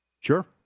Sure